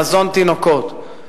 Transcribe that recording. מזון תינוקות,